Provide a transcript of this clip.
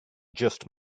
just